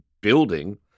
building